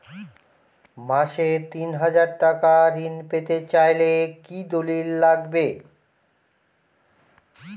মাসে তিন হাজার টাকা ঋণ পেতে চাইলে কি দলিল লাগবে?